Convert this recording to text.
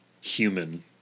human